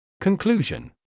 Conclusion